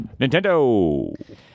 Nintendo